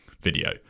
video